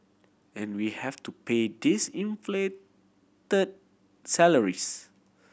and we have to pay these inflated salaries